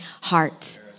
heart